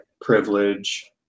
privilege